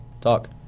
talk